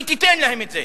היא תיתן להם את זה.